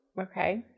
Okay